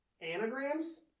Anagrams